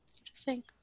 interesting